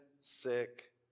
sick